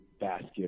basket